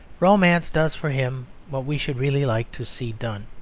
romance does for him what we should really like to see done.